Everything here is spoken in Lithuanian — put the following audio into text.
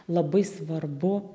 labai svarbu